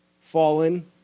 Fallen